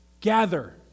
Gather